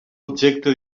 objecte